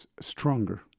stronger